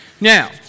Now